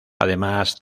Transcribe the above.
además